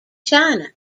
china